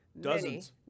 Dozens